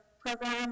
program